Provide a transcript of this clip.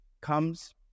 comes